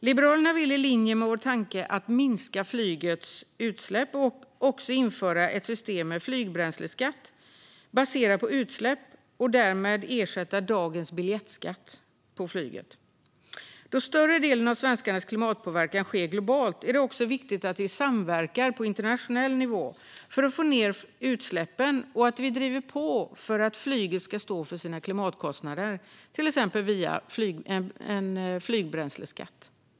Liberalerna vill i linje med vår tanke om att minska flygets utsläpp också införa ett system med flygbränsleskatt baserad på utsläpp och därmed ersätta dagens biljettskatt på flyget. Då större delen av svenskarnas klimatpåverkan sker globalt är det också viktigt att vi samverkar på internationell nivå för att få ned utsläppen och att vi driver på för att flyget ska stå för sina klimatkostnader, till exempel via en flygbränsleskatt.